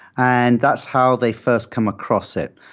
and that's how they first come across it.